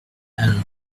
and